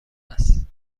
است